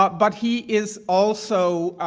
but but he is also